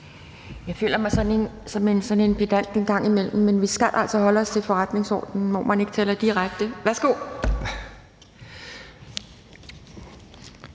Jeg føler mig som sådan en pedant en gang imellem, men vi skal altså holde os til forretningsordenen, hvor man ikke tiltaler hinanden direkte.